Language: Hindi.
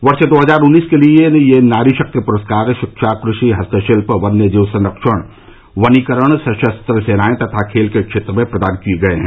वर्ष दो हजार उन्नीस के यह नारी शक्ति पुरस्कार शिक्षा कृषि हस्तशिल्प वन्य जीव संरक्षण वनीकरण सशस्त्र सेनाएं तथा खेल के क्षेत्र में प्रदान किये गये हैं